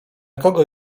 kogo